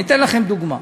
אתן לכם דוגמה.